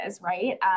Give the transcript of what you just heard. right